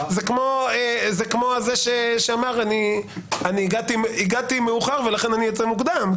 זה כמו זה שאמר, הגעתי מאוחר ולכן אני אצא מוקדם.